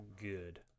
good